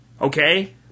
okay